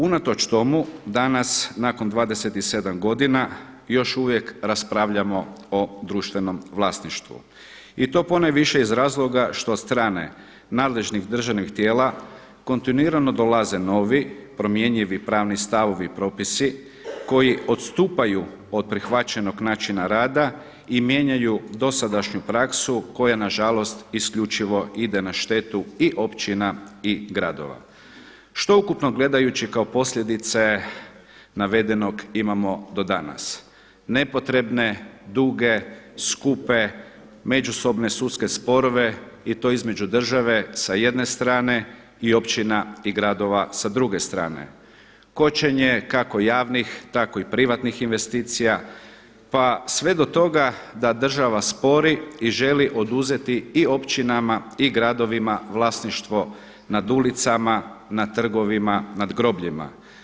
Unatoč tomu danas nakon 27 godina još uvijek raspravljamo o društvenom vlasništvu i to ponajviše iz razloga što strane nadležnih državnih tijela kontinuirano dolaze novi, promjenjivi pravni stavovi, propisi koji odstupaju od prihvaćenog načina rada i mijenjaju dosadašnju praksu koja na žalost isključivo ide na štetu i općina i gradova što ukupno gledajući kao posljedice navedenog imamo do danas nepotrebne, duge, skupe, međusobne sudske sporove i to između države sa jedne strane i općina i gradova sa druge strane, kočenje kako javnih tako i privatnih investicija pa sve do toga da država spori i želi oduzeti i općinama i gradovima vlasništvo nad ulicama, nad trgovima, nad grobljima.